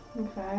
Okay